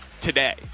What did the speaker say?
today